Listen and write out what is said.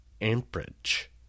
amperage